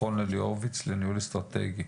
מכון אלי הורביץ לניהול אסטרטגי.